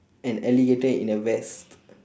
an alligator in a vest